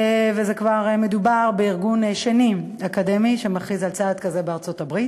וכבר מדובר בארגון אקדמי שני בארצות-הברית שמכריז על צעד כזה.